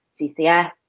CCS